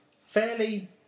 fairly